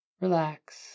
Relax